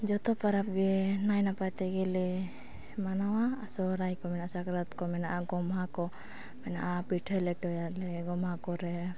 ᱡᱚᱛᱚ ᱯᱚᱨᱚᱵᱽ ᱜᱮ ᱱᱟᱭ ᱱᱟᱯᱟᱭ ᱛᱮᱜᱮᱞᱮ ᱢᱟᱱᱟᱣᱟ ᱟᱨ ᱥᱚᱦᱚᱨᱟᱭ ᱠᱚ ᱢᱮᱱᱟᱜᱼᱟ ᱥᱟᱠᱨᱟᱛ ᱠᱚ ᱢᱮᱱᱟᱜᱼᱟ ᱜᱚᱢᱦᱟ ᱠᱚ ᱢᱮᱱᱟᱜᱼᱟ ᱯᱤᱴᱷᱟᱹ ᱞᱮᱴᱚᱭᱟᱞᱮ ᱜᱚᱢᱦᱟ ᱠᱚᱨᱮ